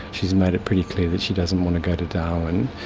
she's made it pretty clear that she doesn't want to go to darwin.